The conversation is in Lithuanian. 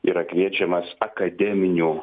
yra kviečiamas akademinių